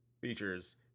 features